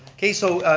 okay so,